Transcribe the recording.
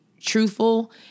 truthful